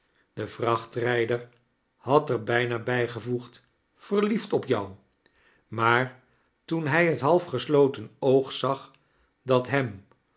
de vrachtrijder had er bijna bijgevoegd verliefd op jou maar toen hij het half gesloteh oog zag dat hem